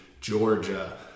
Georgia